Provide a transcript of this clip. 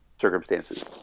circumstances